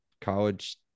college